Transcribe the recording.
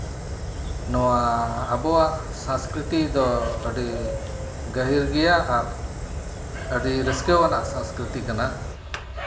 ᱱᱚᱣᱟ ᱟᱵᱚᱣᱟᱜ ᱥᱚᱥᱠᱨᱤᱛᱤ ᱫᱚ ᱟᱹᱰᱤ ᱜᱟᱹᱦᱤᱨ ᱜᱮᱭᱟ ᱟᱨ ᱟᱹᱰᱤ ᱨᱟᱹᱥᱠᱟᱹ ᱟᱱᱟᱜ ᱥᱚᱥᱠᱨᱤᱛᱤ ᱠᱟᱱᱟ